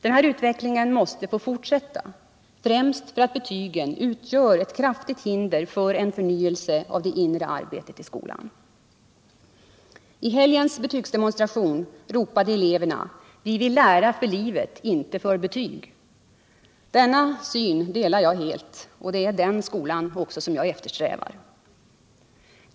Denna utveckling måste få fortsätta — främst därför att betygen utgör ett kraftigt hinder för en förnyelse av det inre arbetet i skolan. I helgens betygsdemonstration ropade eleverna: ”Vi vill lära för livet, inte för betyg.” Denna syn delar jag helt, och det är den skolan jag eftersträvar.